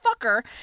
fucker